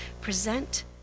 present